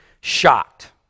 shocked